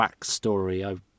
backstory